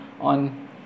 on